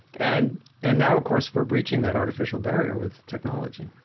and and now, of course, we're breaching that artificial barrier with technology